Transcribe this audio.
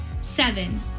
Seven